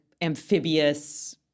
amphibious